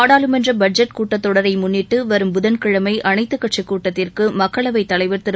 நாடாளுமன்ற பட்ஜெட் கூட்டத்தொடரை முன்னிட்டு வரும் புதன்கிழமை அனைத்துக் கட்சி கூட்டத்திற்கு மக்களவைத் தலைவர் திரு